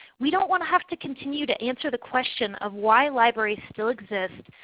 we don't want to have to continue to answer the question of why libraries still exist,